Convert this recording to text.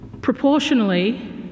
Proportionally